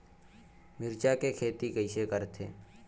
मिरचा के खेती कइसे करथे?